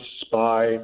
spy